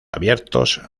abiertos